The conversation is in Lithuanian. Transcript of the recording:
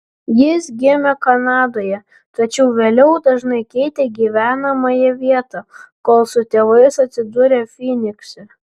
jis gimė kanadoje tačiau vėliau dažnai keitė gyvenamąją vietą kol su tėvais atsidūrė fynikse